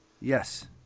Yes